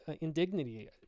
indignity